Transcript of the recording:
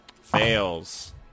Fails